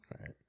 right